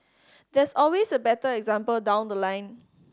there's always a better example down the line